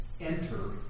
enter